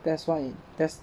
that's why that's